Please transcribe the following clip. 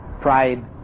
pride